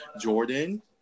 Jordan